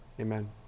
Amen